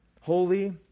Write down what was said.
holy